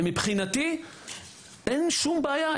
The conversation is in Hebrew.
ומבחינתי אין שום בעיה,